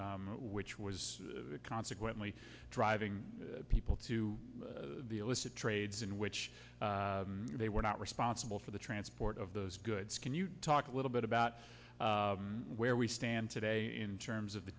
which was consequently driving people to the illicit trades in which they were not responsible for the transport of those goods can you talk a little bit about where we stand today in terms of the